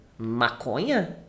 maconha